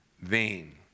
vain